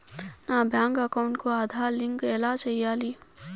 నా bank account కి Aadhaar link ఎలా సేయాలి